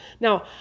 Now